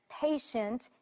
patient